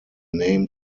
name